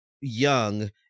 young